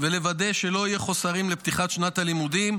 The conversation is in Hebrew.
ולוודא שלא יהיו חסרים לפתיחת שנת הלימודים,